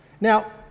now